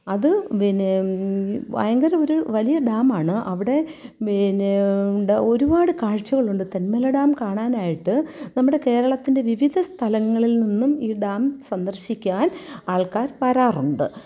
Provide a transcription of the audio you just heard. അത് പിന്നെ ഭയങ്കര ഒരു വലിയ ഡാമാണ് അവിടെ പിന്നെ ഒരുപാട് കാഴ്ച്ചകളുണ്ട് തെന്മല ഡാം കാണാനായിട്ട് നമ്മുടെ കേരളത്തിൻ്റെ വിവിധ സ്ഥലങ്ങളിൽ നിന്നും ഈ ഡാം സന്ദർശിക്കാൻ ആൾക്കാർ വരാറുണ്ട്